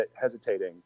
hesitating